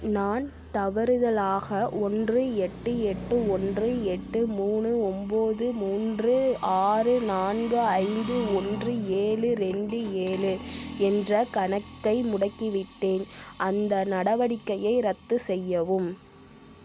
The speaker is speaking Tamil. நான் தவறுதலாக ஒன்று எட்டு எட்டு ஓன்று எட்டு மூணு ஒம்போது மூன்று ஆறு நான்கு ஐந்து ஓன்று ஏழு ரெண்டு ஏழு என்ற கணக்கை முடக்கிவிட்டேன் அந்த நடவடிக்கையை ரத்து செய்யவும்